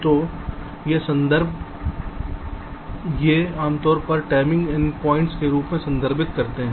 तो यह संदर्भ ये आमतौर पर एक टाइमिंग एंडपॉइंट्स के रूप में संदर्भित होते हैं